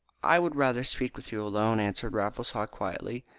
i would rather speak with you alone, answered raffles haw quietly.